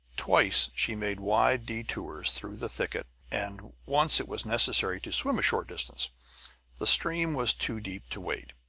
twice she made wide detours through the thicket, and once it was necessary to swim a short distance the stream was too deep to wade.